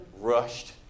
rushed